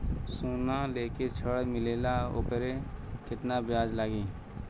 सोना लेके ऋण मिलेला वोकर केतना ब्याज लागी?